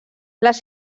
les